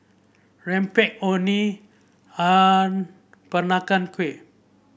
rempeyek Orh Nee and Peranakan Kueh